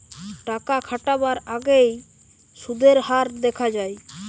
টাকা খাটাবার আগেই সুদের হার দেখা যায়